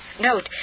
Note